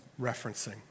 referencing